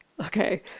Okay